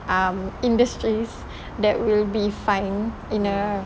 um industries that will be fine in a